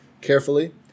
carefully